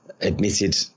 admitted